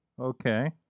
Okay